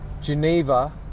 Geneva